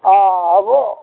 অঁ হ'ব